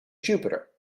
jupiter